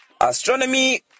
astronomy